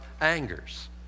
angers